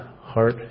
heart